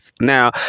Now